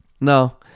No